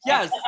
Yes